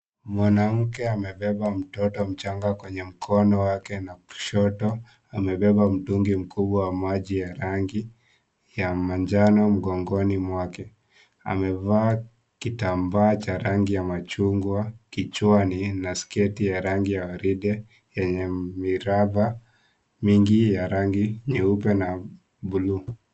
Mwanamke amebeba mtoto mchanga kwenye mkono wake na kushoto amebeba mtungi mkubwa wa maji rangi ya manjano mgongoni mwake, amevaa kitambaa cha rangi ya machungwa kichwani na sketi ya rangi ya waridi yenye miraba mingi ya rangi nyeupe na bluu.